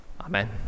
Amen